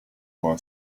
boy